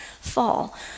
fall